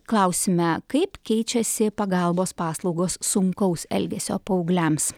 klausime kaip keičiasi pagalbos paslaugos sunkaus elgesio paaugliams